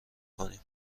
کنیم